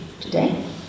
today